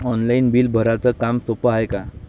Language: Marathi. ऑनलाईन बिल भराच काम सोपं हाय का?